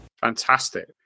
fantastic